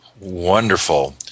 Wonderful